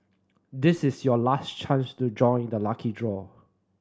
this is your last chance to join the lucky draw